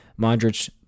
Modric